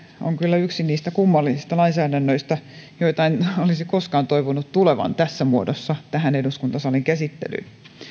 on kyllä yksi niistä kummallisista lainsäädännöistä joita en olisi koskaan toivonut tulevan tässä muodossa eduskuntasalin käsittelyyn